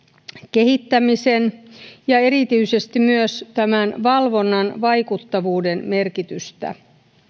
kehittämisen ja erityisesti myös tämän valvonnan vaikuttavuuden merkitystä